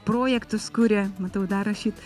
projektus kuria matau dar rašyt